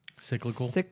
Cyclical